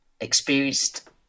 experienced